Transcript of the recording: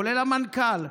כולל המנכ"ל,